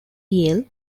yale